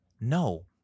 no